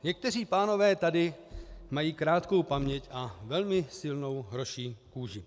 Někteří pánové tady mají krátkou paměť a velmi silnou hroší kůži.